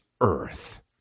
earth